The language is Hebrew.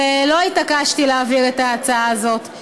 ולא התעקשתי להעביר את ההצעה הזאת.